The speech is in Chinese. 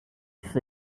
类似